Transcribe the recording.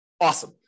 Awesome